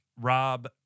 Rob